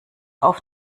auf